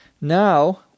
Now